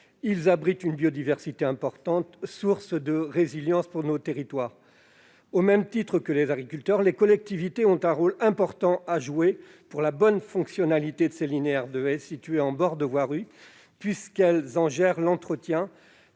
également une biodiversité importante, source de résilience pour nos territoires. Au même titre que les agriculteurs, les collectivités ont un rôle important à jouer pour la bonne fonctionnalité de ces linéaires de haies et d'alignements d'arbres en bord de voirie dont elles entretiennent